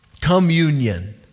Communion